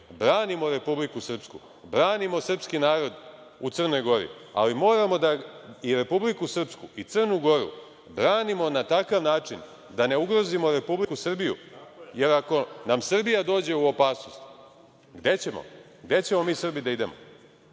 Branimo Republiku Srpsku, branimo srpski narod u Crnoj Gori, ali moramo da i Republiku Srpsku i Crnu Goru branimo na takav način da ne ugrozimo Republiku Srbiju, jer ako nam Srbija dođe u opasnost, gde ćemo? Gde ćemo mi Srbi da idemo?